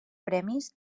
premis